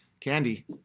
candy